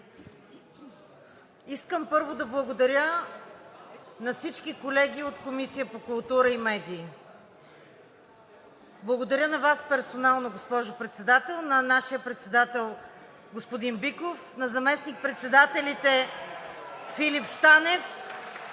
Искам първо да благодаря на всички колеги от Комисията по културата и медиите, благодаря на Вас персонално, госпожо Председател, на нашия председател господин Биков, на заместник-председателите Филип Станев,